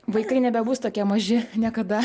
vaikai nebebus tokie maži niekada